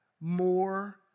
More